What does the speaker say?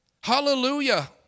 Hallelujah